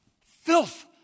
filth